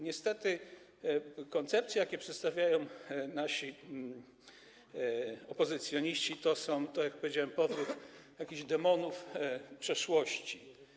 Niestety koncepcje, jakie przedstawiają nasi opozycjoniści, to - tak jak powiedziałem - powrót jakichś demonów przeszłości.